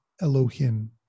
Elohim